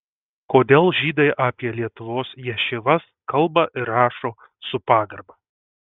kodėl žydai apie lietuvos ješivas kalba ir rašo su pagarba